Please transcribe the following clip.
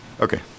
Okay